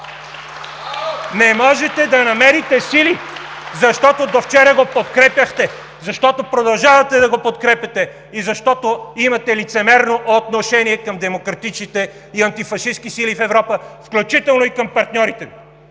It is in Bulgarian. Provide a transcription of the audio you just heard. Не можете да намерите сили, защото до вчера го подкрепяхте, защото продължавате да го подкрепяте и защото имате лицемерно отношение към демократичните и антифашистки сили в Европа, включително и към партньорите Ви,